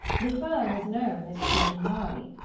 the firm was known as scrooge and marley.